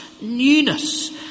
Newness